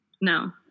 No